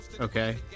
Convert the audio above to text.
Okay